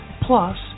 Plus